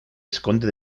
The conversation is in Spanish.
esconde